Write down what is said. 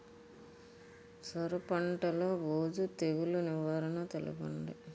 సొర పంటలో బూజు తెగులు నివారణ తెలపండి?